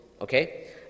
okay